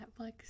Netflix